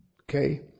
Okay